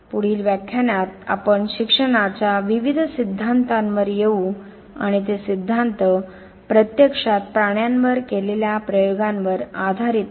पुढील व्याख्यानात आपण शिक्षणाच्या विविध सिद्धांतांवर येऊ आणि ते सिद्धांत प्रत्यक्षात प्राण्यांवर केलेल्या प्रयोगांवर आधारित आहोत